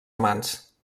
amants